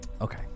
okay